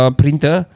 printer